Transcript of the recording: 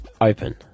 Open